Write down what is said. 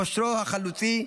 כושרו החלוצי,